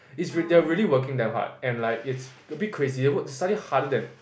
it's like they are really working very hard and it's a bit crazy they study harder than